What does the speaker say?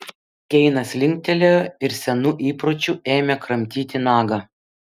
keinas linktelėjo ir senu įpročiu ėmė kramtyti nagą